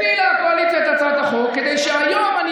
הפילה הקואליציה את הצעת החוק כדי שהיום אני